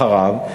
אחריו,